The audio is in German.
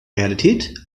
realität